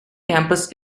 campus